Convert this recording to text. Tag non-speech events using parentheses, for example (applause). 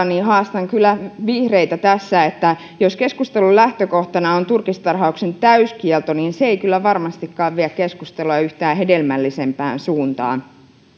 (unintelligible) niin haastan tässä kyllä vihreitä että jos lähtökohtana on turkistarhauksen täyskielto niin se ei kyllä varmastikaan vie keskustelua yhtään hedelmällisempään suuntaan